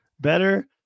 Better